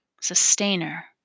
Sustainer